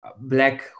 Black